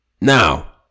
Now